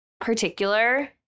particular